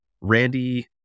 Randy